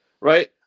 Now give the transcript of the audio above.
right